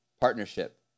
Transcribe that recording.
partnership